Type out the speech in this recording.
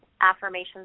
affirmations